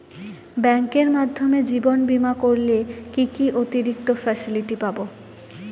ব্যাংকের মাধ্যমে জীবন বীমা করলে কি কি অতিরিক্ত ফেসিলিটি পাব?